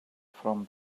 from